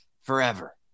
forever